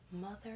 mother